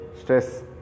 stress